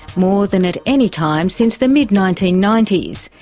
more than at any time since the mid nineteen ninety s.